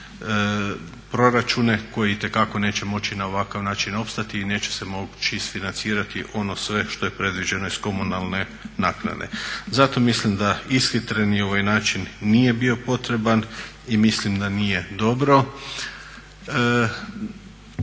proračune koji itekako neće moći na ovakav način opstati i neće se moći isfinancirati ono sve što je predviđeno iz komunalne naknade. Zato mislim da ishitreni ovaj način nije bio potreban i mislim da nije dobro.